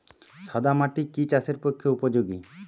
সাদা মাটি কি চাষের পক্ষে উপযোগী?